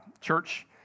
church